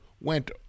went